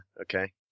Okay